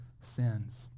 sins